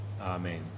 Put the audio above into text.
Amen